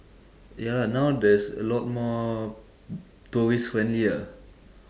ya lah now there's a lot more tourist friendly ah